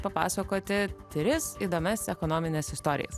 papasakoti tris įdomias ekonomines istorijas